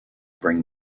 bring